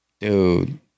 dude